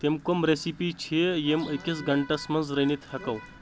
تِم کۄم ریسِپی چھ یِم أکِس گنٹس منز رٔنِتھ ہیکو